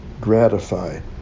gratified